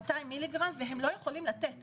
200 מ"ג, ולא יכולים לתת